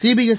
CBS